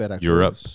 Europe